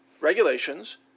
regulations